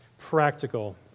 practical